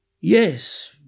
Yes